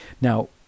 Now